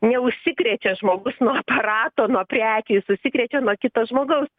neužsikrečia žmogus nuo aparato nuo prekių jis užsikrečia nuo kito žmogaus